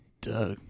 Doug